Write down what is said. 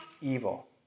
evil